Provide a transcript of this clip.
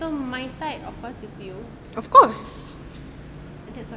so my side of course it's you